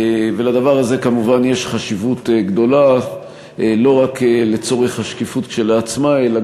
לדבר הזה יש כמובן חשיבות גדולה לא רק לצורך השקיפות כשלעצמה אלא